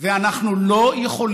ואנחנו לא נשכח אף פעם מה היה בגרמניה,